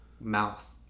Mouth